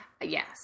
Yes